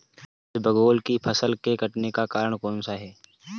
इसबगोल की फसल के कटने का कारण कौनसा कीट है?